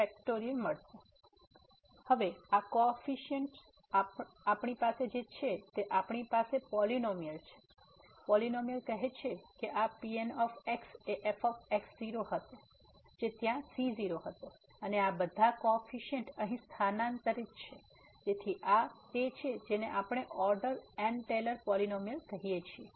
તેથી હવે આ કોએફીસીએન્ટ આપણી પાસે જે છે તે આપણી પાસે પોલીનોમીઅલ છે પોલીનોમીઅલ કહે છે કે આ Pn એ f હશે જે ત્યાં c0 હતો અને આ બધા કોએફીસીએન્ટ અહીં સ્થાનાંતરિત છે તેથી આ તે છે જેને આપણે ઓર્ડર n ટેલર પોલીનોમીઅલ કહીએ છીએ